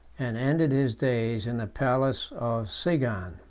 and ended his days in the palace of sigan.